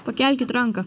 pakelkit ranką